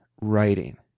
writing